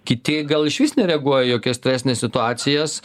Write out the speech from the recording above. kiti gal išvis nereaguoja į jokias stresines situacijas